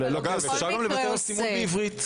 אולי נוותר על סימון בעברית?